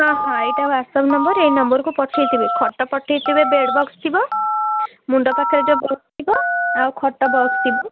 ହଁ ହଁ ଏଇଟା ହ୍ଵାଟ୍ସ ଅପ୍ ନମ୍ବର ଏଇ ନମ୍ବରକୁ ପଠାଇଥିବେ ଖଟ ପଠେଇଥିବେ ବେଡ଼୍ ବକ୍ସ ଥିବ ମୁଣ୍ଡ ପାଖରେ ଯେଉଁ ବକ୍ସ ଥିବ ଆଉ ଖଟ ବକ୍ସ ଥିବ